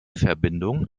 verbindung